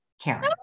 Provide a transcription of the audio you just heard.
Karen